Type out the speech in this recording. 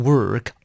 Work